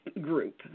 group